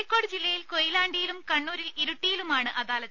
കോഴിക്കോട് ജില്ലയിൽ കൊയിലാണ്ടിയിലും കണ്ണൂരിൽ ഇരിട്ടിയിലുമാണ് അദാലത്ത്